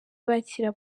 bakira